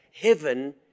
heaven